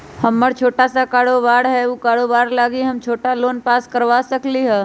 हमर छोटा सा कारोबार है उ कारोबार लागी हम छोटा लोन पास करवा सकली ह?